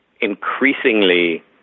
increasingly